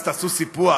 אז תעשו סיפוח?